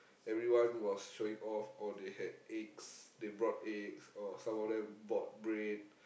everyone was showing off oh they had eggs they brought eggs or some of them brought bread